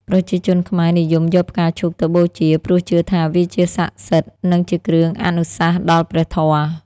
ប្រជាជនខ្មែរនិយមយកផ្កាឈូកទៅបូជា ព្រោះជឿថាវាជាសក្ដិសិទ្ធិ និងជាគ្រឿងអនុសាសន៍ដល់ព្រះធម៌។